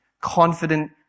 Confident